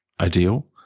ideal